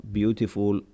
beautiful